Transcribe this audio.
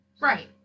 Right